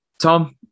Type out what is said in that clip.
Tom